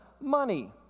money